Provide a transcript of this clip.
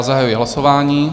Zahajuji hlasování.